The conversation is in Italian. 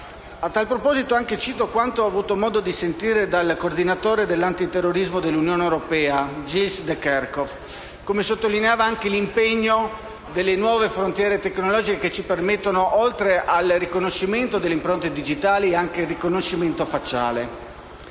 A tal proposito, cito quanto ho avuto modo di sentire dal coordinatore dell'antiterrorismo dell'Unione europea Gilles de Kerchove, che sottolineava l'impegno delle nuove frontiere tecnologiche, che ci permettono, oltre al riconoscimento delle impronte digitali, anche il riconoscimento facciale.